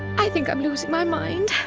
i think i'm losing my mind.